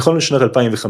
נכון לשנת 2005,